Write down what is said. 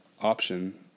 option